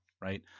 right